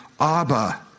Abba